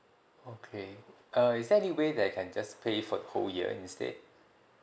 okay uh is there any way that I can just pay for the whole year instead